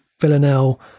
Villanelle